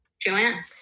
Joanne